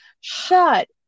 shut